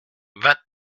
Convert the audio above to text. vingt